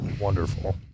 Wonderful